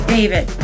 David